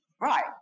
Right